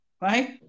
right